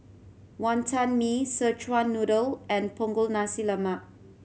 Wantan Mee Szechuan Noodle and Punggol Nasi Lemak